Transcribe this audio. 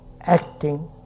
acting